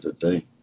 today